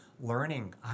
Learning